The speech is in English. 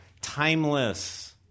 timeless